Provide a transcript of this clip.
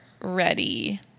ready